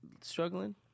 struggling